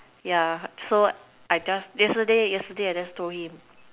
yeah so I just yesterday yesterday I just told him